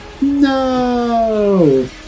No